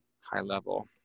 high-level